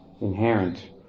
inherent